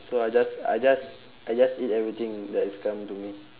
so I just I just I just eat everything that is come to me